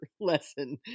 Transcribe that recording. lesson